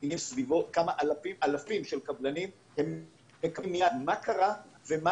יש כמה אלפים של קבלנים שמסתכלים מייד מה קרה ומה